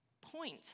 point